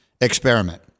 experiment